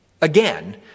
again